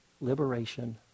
liberation